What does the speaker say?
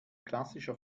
klassischer